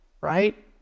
right